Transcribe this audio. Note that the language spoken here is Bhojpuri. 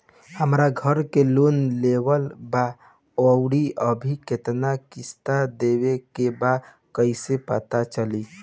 हमरा घर के लोन लेवल बा आउर अभी केतना किश्त देवे के बा कैसे पता चली?